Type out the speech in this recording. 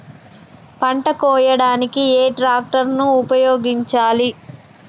పంట కోయడానికి ఏ ట్రాక్టర్ ని ఉపయోగించాలి?